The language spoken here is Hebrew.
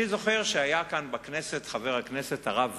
אני זוכר שהיה כאן בכנסת חבר הכנסת הרב ולדמן.